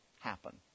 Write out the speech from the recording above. happen